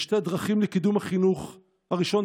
יש שתי דרכים לקידום החינוך: הראשונה,